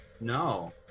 No